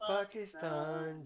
Pakistan